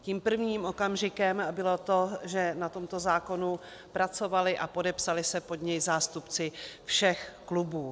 Tím prvním okamžikem bylo to, že na tomto zákonu pracovali a podepsali se pod něj zástupci všech klubů.